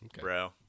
bro